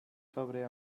febrer